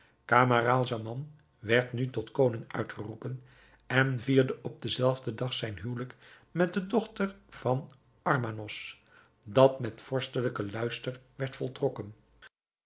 camaralzaman werd nu tot koning uitgeroepen en vierde op den zelfden dag zijn huwelijk met de dochter van armanos dat met vorstelijken luister werd voltrokken